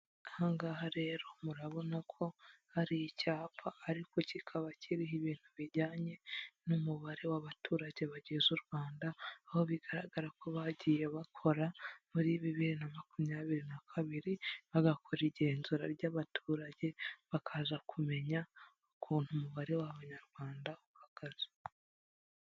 Aha ngaha rero murabona ko hari icyapa ariko kikaba kiriho ibintu bijyanye n'umubare w'abaturage bagize u Rwanda, aho bigaragara ko bagiye bakora muri bibiri na makumyabiri na kabiri, bagakora igenzura ry'abaturage bakaza kumenya ukuntu umubare w'abanyarwanda uhagaze.